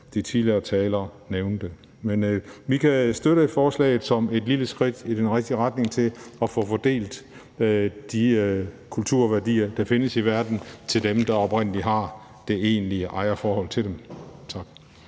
de tidligere talere nævnte. Men vi kan støtte forslaget som et lille skridt i den rigtige retning til at få fordelt de kulturværdier, der findes i verden, til dem, der oprindelig har det egentlige ejerforhold til dem. Tak.